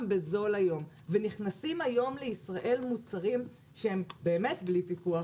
בזול היום ונכנסים היום לישראל מוצרים שהם באמת בלי פיקוח,